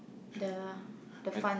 the the fun